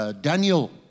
Daniel